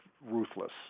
ruthless